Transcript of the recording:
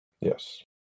Yes